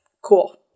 cool